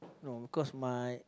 no because my